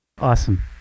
Awesome